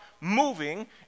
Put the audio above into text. moving